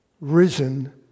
risen